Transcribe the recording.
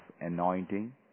anointing